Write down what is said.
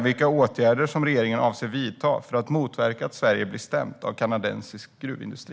Vilka åtgärder avser regeringen att vidta för att motverka att Sverige blir stämt av kanadensisk gruvindustri?